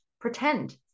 pretend